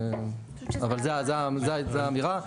אבל זו האמירה.